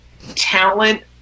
Talent